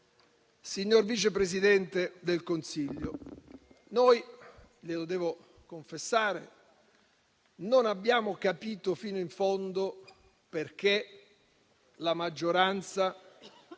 signor vice presidente del Consiglio, devo confessarglielo: non abbiamo capito fino in fondo perché la maggioranza